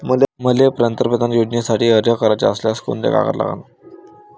मले पंतप्रधान योजनेसाठी अर्ज कराचा असल्याने कोंते कागद लागन?